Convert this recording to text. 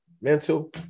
mental